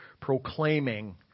proclaiming